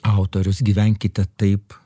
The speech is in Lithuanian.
autorius gyvenkite taip